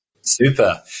Super